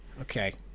Okay